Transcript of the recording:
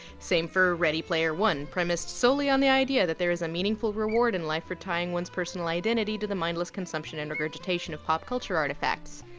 same for ready player one premised solely on the idea that there is a meaningful reward in life for tying one's personal identity to the mindless consumption and regurgitation of pop-culture artifacts.